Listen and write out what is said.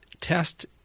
test